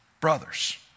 brothers